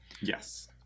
yes